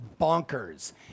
bonkers